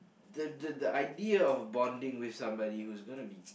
the the the idea of bonding with somebody was gonna be